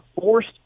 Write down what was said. forced